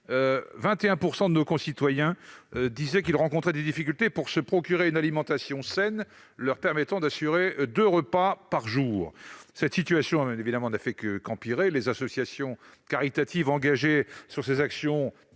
21 % de nos concitoyens disaient rencontrer des difficultés pour se procurer une alimentation saine, leur permettant d'assurer deux repas par jour. Cette situation n'a fait qu'empirer. Les associations caritatives tirent le signal